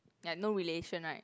ya no relation right